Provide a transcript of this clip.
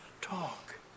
talk